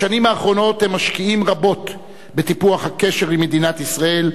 בשנים האחרונות הם משקיעים רבות בטיפוח הקשר עם מדינת ישראל,